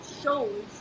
shows